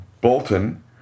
Bolton